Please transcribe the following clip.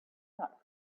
not